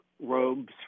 robes